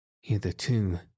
Hitherto